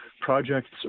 projects